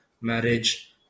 marriage